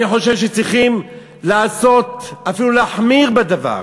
אני חושב שצריכים לעשות, אפילו להחמיר בדבר.